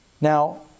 Now